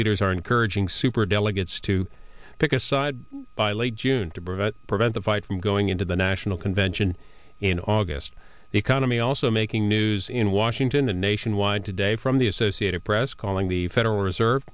leaders are encouraging superdelegates to pick a side by late june to prevent prevent the fight from going into the national convention in august the economy also making news in washington the nationwide today from the associated press calling the federal reserve